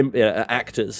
actors